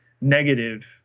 negative